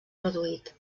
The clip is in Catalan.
reduït